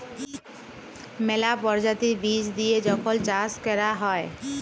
ম্যালা পরজাতির বীজ দিঁয়ে যখল চাষ ক্যরা হ্যয়